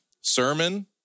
sermon